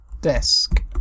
desk